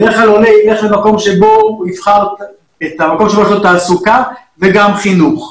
בדרך כלל עולה ילך למקום שבו יש לו תעסוקה וגם חינוך.